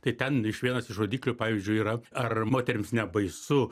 tai ten iš vienas iš rodiklių pavyzdžiui yra ar moterims nebaisu